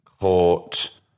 caught